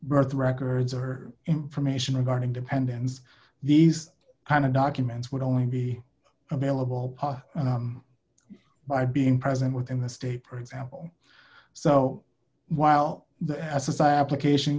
birth records or information regarding dependents these kind of documents would only be available by being present within the state for example so while the s s i application